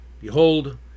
behold